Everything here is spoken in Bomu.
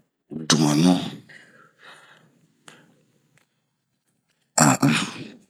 dumanu, an-an